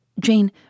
Jane